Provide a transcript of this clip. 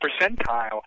percentile